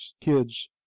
kids